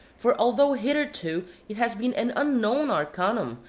for although, hitherto, it has been an unknown arcanum,